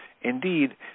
Indeed